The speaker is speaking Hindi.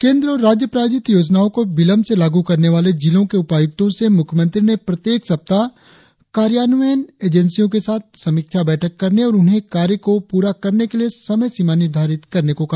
केंद्र और राज्य प्रायोजित योजनाओं को विलंब से लागू करने वाले जिलों के उपायुक्तों से मुख्यमंत्री ने प्रत्येक सप्ताह कार्यान्वयन एजेंसियों के साथ समीक्षा बैठक करने और उन्हें कार्य को पूरा करने के लिए समय सीमा निर्धारित करने को कहा